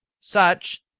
such,